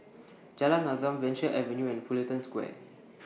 Jalan Azam Venture Avenue and Fullerton Square